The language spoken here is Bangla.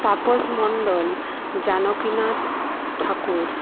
তাপস মণ্ডল জানকীনাথ ঠাকুর